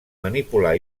manipular